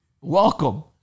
Welcome